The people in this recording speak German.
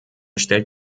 stellt